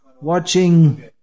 watching